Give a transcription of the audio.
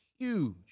Huge